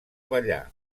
ballar